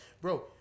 Bro